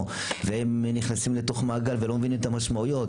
והם נכנסים לתוך מעגל ולא מבינים את המשמעויות